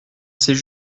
c’est